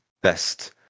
best